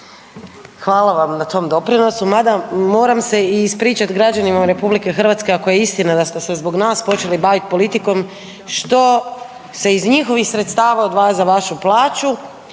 hvala vam na tom doprinosu, mada moram se i ispričati građanima RH ako je istina da ste se zbog nas počeli baviti politikom što se iz njihovih sredstava odvaja za vašu plaću,